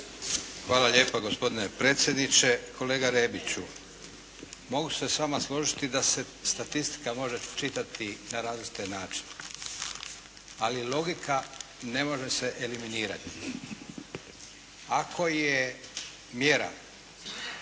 Hvala lijepo gospodine predsjedniče. Kolega Rebiću mogu se s vama složiti da se statistika može čitati na različite načine, ali logika ne može se eliminirati. Ako je mjera